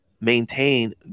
maintain